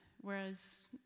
whereas